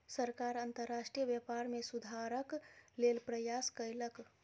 सरकार अंतर्राष्ट्रीय व्यापार में सुधारक लेल प्रयास कयलक